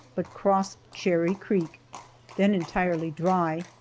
but crossed cherry creek then entirely dry,